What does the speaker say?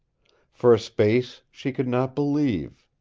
for a space she could not believe.